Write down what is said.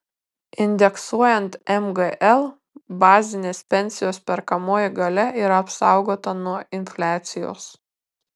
indeksuojant mgl bazinės pensijos perkamoji galia yra apsaugota nuo infliacijos